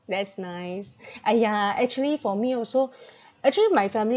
that's nice !aiya! actually for me also actually my family